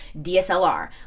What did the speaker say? dslr